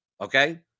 okay